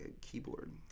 keyboard